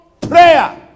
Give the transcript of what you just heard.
prayer